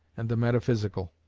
and the metaphysical.